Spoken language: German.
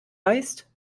heißt